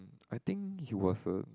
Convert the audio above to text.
I think he was a